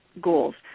goals